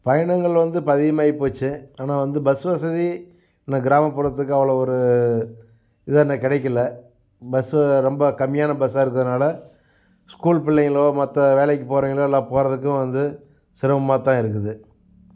பயணங்கள் வந்து இப்போ அதிகமாயிப்போச்சு ஆனால் வந்து பஸ் வசதி இந்த கிராமபுறத்துக்கு அவ்வளோ ஒரு இதாக இன்னைக்கு கிடைக்கல பஸ் ரொம்ப கம்மியான பஸ்ஸாக இருக்கிறனால ஸ்கூல் பிள்ளைங்களோ மற்ற வேலைக்கு போறவைங்களோ எல்லா போகிறதுக்கும் வந்து சிரமமாகத்தான் இருக்குது